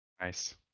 Nice